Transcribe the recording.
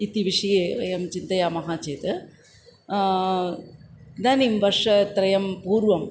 इति विषये वयं चिन्तयामः चेत् इदानीं वर्षत्रयपूर्वम्